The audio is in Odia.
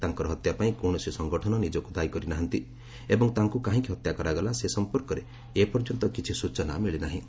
ତାଙ୍କର ହତ୍ୟା ପାଇଁ କୌଣସି ସଂଗଠନ ନିଜକୁ ଦାୟୀ କରିନାହାନ୍ତି ଏବଂ ତାଙ୍କୁ କାହିଁକି ହତ୍ୟା କରାଗଲା ସେ ସଂପର୍କରେ ଏପର୍ଯ୍ୟନ୍ତ କିଛି ସ୍ବଚନା ମିଳିନାହିଁ